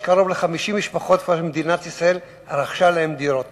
קרוב ל-50 משפחות מדינת ישראל רכשה להן דירות,